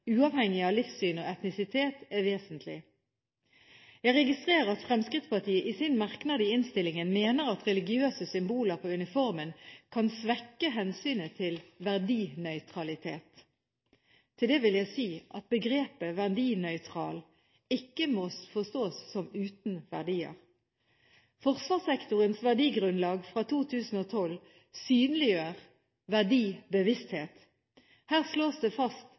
uavhengig av livssyn og etnisitet, er vesentlig. Jeg registrerer at Fremskrittspartiet i sin merknad i innstillingen mener at religiøse symboler på uniformen kan svekke hensynet til verdinøytralitet. Til det vil jeg si at begrepet «verdinøytral» ikke må forstås som «uten verdier». Forsvarssektorens verdigrunnlag fra 2012 synliggjør verdibevissthet. Her slås det fast: